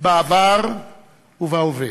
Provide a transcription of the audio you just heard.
בעבר ובהווה.